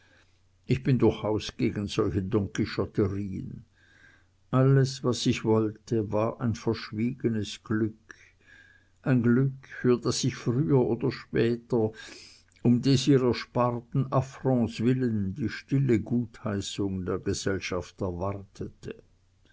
ich bin durchaus gegen solche donquixoterien alles was ich wollte war ein verschwiegenes glück ein glück für das ich früher oder später um des ihr ersparten affronts willen die stille gutheißung der gesellschaft erwartete